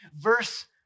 verse